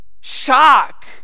shock